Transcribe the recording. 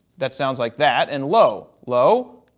that sounds like that. and low, low,